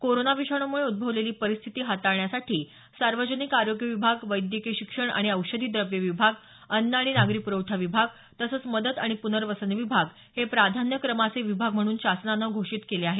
corona विषाणूमुळे उद्भवलेली परिस्थिती हाताळण्यासाठी सार्वजनिक आरोग्य विभाग वैद्यकीय शिक्षण आणि औषधी द्रव्ये विभाग अन्न आणि नागरी पुरवठा विभाग तसंच मदत आणि पुनर्वसन विभाग हे प्राधान्यक्रमाचे विभाग म्हणून शासनानं घोषित केले आहेत